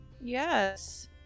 Yes